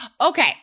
Okay